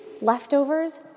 leftovers